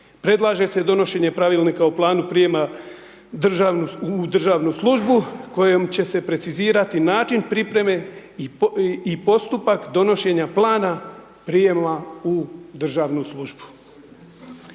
Predlaže se donošenje pravilnika o planu prijema u državnu službu, kojom će se precizirati način pripreme i postupak donošenja plana prijema u državnu službu.